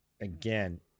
again